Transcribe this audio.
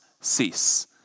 cease